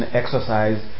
exercise